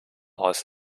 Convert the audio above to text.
aus